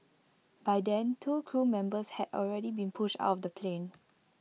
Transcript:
by then two crew members had already been pushed out of the plane